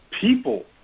people